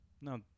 No